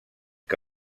que